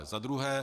Za druhé.